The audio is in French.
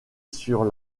sur